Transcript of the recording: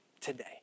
Today